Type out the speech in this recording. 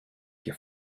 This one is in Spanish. que